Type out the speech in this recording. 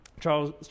Charles